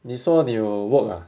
你说你有 work ah